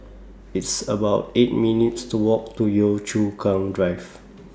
It's about eight minutes' to Walk to Yio Chu Kang Drive